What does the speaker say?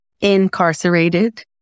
incarcerated